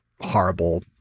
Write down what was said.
horrible